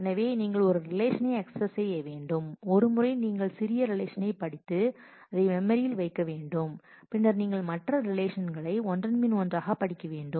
எனவே நீங்கள் ஒரு ரிலேஷனை அக்சஸ் செய்ய வேண்டும் ஒருமுறை நீங்கள் சிறிய ரிலேஷனை படித்து அதை மெமரியில் வைக்க வேண்டும் பின்னர் நீங்கள் மற்ற ரிலேஷனை ஒன்றன் பின் ஒன்றாகப் படிக்க வேண்டும்